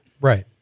Right